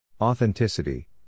Authenticity